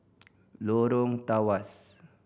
Lorong Tawas